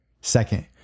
Second